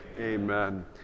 Amen